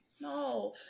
No